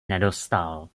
nedostal